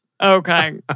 Okay